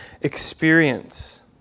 experience